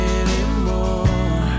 anymore